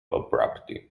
abruptly